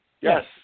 Yes